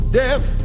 death